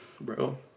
bro